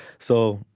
so,